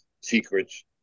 secrets